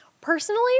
Personally